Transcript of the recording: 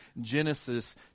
Genesis